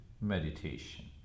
meditation